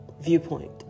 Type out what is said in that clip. viewpoint